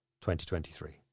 2023